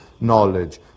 knowledge